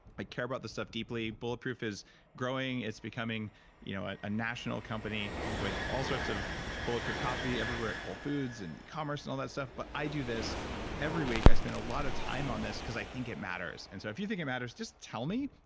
i care about this stuff deeply. bulletproof is growing, it's becoming you know a national company with all sorts of bulletproof coffee everywhere at whole foods and e-commerce and all that stuff. but i do this every week, i spend a lot of time on this because i think it matters. and so if you think it matters, just tell me,